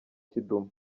kidumu